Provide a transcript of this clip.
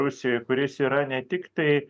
rusijoj kuris yra ne tik tai